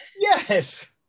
yes